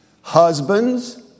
Husbands